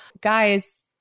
Guys